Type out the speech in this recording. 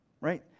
right